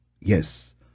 yes